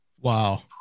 Wow